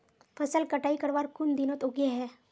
फसल कटाई करवार कुन दिनोत उगैहे?